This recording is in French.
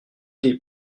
des